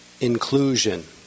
Inclusion